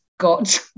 got